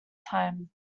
time